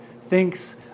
thinks